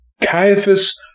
Caiaphas